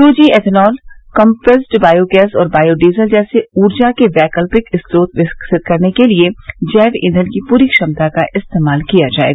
ट् G ethanol compressed biogas और bio diesel जैसे ऊर्जा के वैकल्पिक स्रोत विकसित करने के लिए जैव ईंधन की पूरी क्षमता का इस्तेमाल किया जायेगा